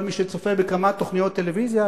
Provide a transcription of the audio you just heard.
כל מי שצופה בכמה תוכניות טלוויזיה,